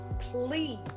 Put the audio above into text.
Please